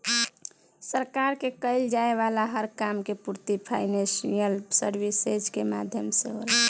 सरकार के कईल जाये वाला हर काम के पूर्ति फाइनेंशियल सर्विसेज के माध्यम से होला